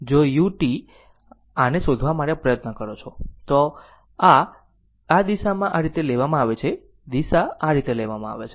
જો u આને શોધવા માટે પ્રયત્ન કરો છો તો I આ દિશામાં આ રીતે લેવામાં આવે છે દિશા આ રીતે લેવામાં આવે છે